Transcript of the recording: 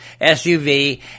SUV